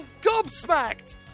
gobsmacked